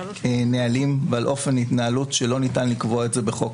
נהלים ועל אופן התנהלות שלא ניתן לקבוע את זה בחוק.